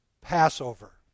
Passover